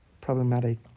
problematic